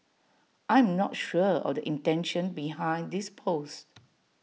I'm not sure of the intention behind this post